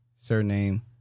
Surname